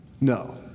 No